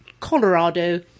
Colorado